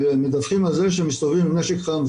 מדווחים על זה שהם מסתובבים עם נשק חם,